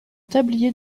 tablier